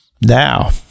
now